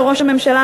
לראש הממשלה,